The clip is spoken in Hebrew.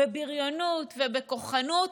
בבריונות ובכוחנות,